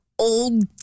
old